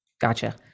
Gotcha